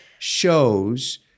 Shows